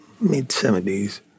mid-70s